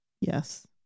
Yes